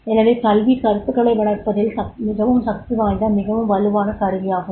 எனவே கல்வி கருத்துக்களை வளர்ப்பதில் மிகவும் சக்திவாய்ந்த மிகவும் வலுவான கருவியாகும்